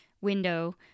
window